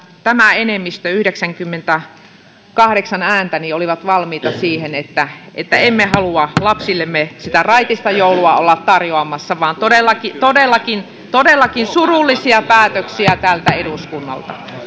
tämä enemmistö yhdeksänkymmentäkahdeksan ääntä oli valmis siihen että että emme halua lapsillemme sitä raitista joulua olla tarjoamassa todellakin todellakin surullisia päätöksiä tältä eduskunnalta